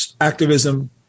activism